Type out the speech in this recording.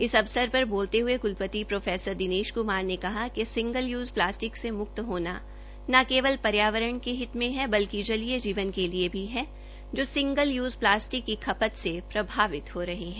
इस अवसर पर बोलते हए कुलपति प्रो दिनेश कुमार ने कहा कि सिंगल यूज प्लास्टिक से मुक्त होना न केवल पर्यावरण के हित में है बल्कि जलीय जीवन के लिए भी है जो सिंगल यूज प्लास्टिक की खपत से प्रभावित हो रहे है